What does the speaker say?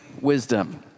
wisdom